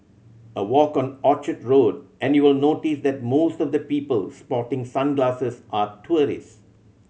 a walk on Orchard Road and you'll notice that most of the people sporting sunglasses are tourist